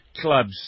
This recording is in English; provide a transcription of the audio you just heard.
clubs